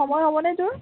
সময় হ'বনে তোৰ